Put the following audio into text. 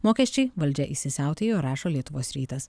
mokesčiai valdžia įsisiautėjo rašo lietuvos rytas